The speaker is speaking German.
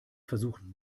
versuchen